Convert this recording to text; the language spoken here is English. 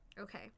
Okay